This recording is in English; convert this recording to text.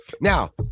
Now